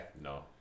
no